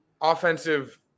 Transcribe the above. offensive